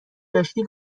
داشتی